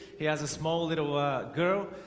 he has a small little girl.